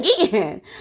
again